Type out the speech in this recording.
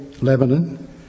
Lebanon